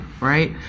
right